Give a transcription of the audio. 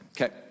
Okay